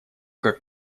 как